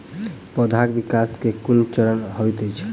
पौधाक विकास केँ केँ कुन चरण हएत अछि?